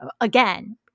again